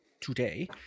today